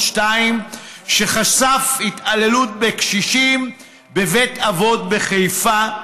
2 שחשף התעללות בקשישים בבית אבות בחיפה.